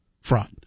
fraud